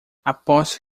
aposto